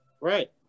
Right